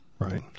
Right